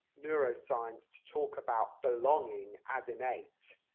neuroscience, to talk about belonging as innate,